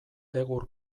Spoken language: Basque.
egur